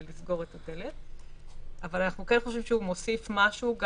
חושבת שבתחילת הדרך אנחנו נעקוב מאוד